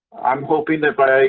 i'm hoping that by,